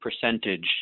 percentage